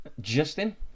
Justin